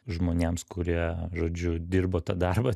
žmonėms kurie žodžiu dirbo tą darbą